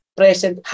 present